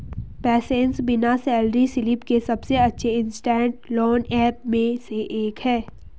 PaySense बिना salary slip के सबसे अच्छे इंस्टेंट लोन ऐप में से एक है